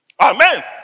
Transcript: Amen